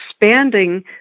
expanding